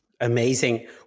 Amazing